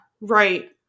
right